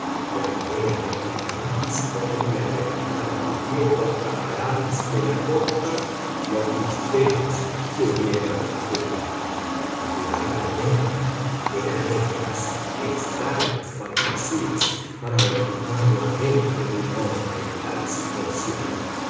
la idea de que jamás podría relatar a mis viejos camaradas de la costa los misterios que hubiera descubierto indudablemente eran éstas extrañas fantasías para ocupar la mente de un hombre en tal situación